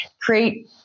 create